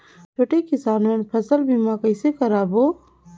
छोटे किसान मन फसल बीमा कइसे कराबो?